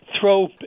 throw